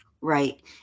right